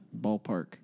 ballpark